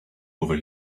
over